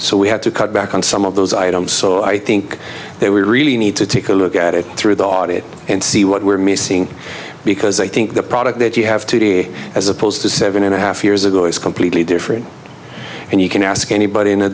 so we have to cut back on some of those items so i think they we really need to take a look at it through the audit and see what we're missing because i think the product that you have today as opposed to seven and a half years ago is completely different and you can ask anybody in the